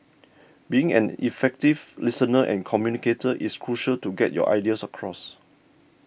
being an effective listener and communicator is crucial to get your ideas across